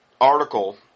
article